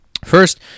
First